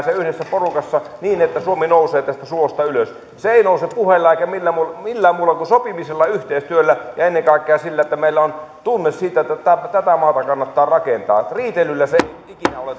se yhdessä porukassa niin että suomi nousee tästä suosta ylös se ei nouse puheilla eikä millään muulla millään muulla kuin sopimisella yhteistyöllä ja ennen kaikkea sillä että meillä on tunne siitä että tätä maata kannattaa rakentaa riitelyllä se ei ikinä ole